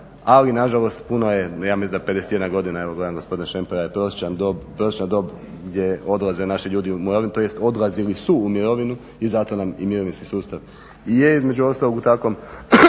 ali na žalost puno je, ja mislim da je 51 godina evo gledam gospodina Šempera je prosječna dob gdje odlaze naši ljudi u mirovinu, tj. odlazili su u mirovinu. I zato nam i mirovinski sustav je između ostalog u takvom